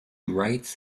rights